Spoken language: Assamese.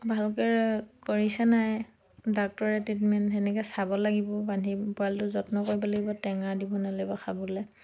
ভালকৈ কৰিছেনে নাই ডাক্তৰে ট্ৰিটমেণ্ট সেনেকৈ চাব লাগিব বান্ধি পোৱালিটো যত্ন কৰিব লাগিব টেঙা দিব নালাগিব খাবলৈ